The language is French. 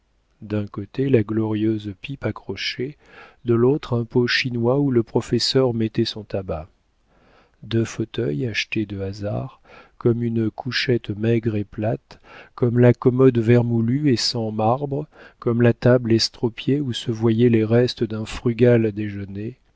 d'un côté la glorieuse pipe accrochée de l'autre un pot chinois où le professeur mettait son tabac deux fauteuils achetés de hasard comme une couchette maigre et plate comme la commode vermoulue et sans marbre comme la table estropiée où se voyaient les restes d'un frugal déjeuner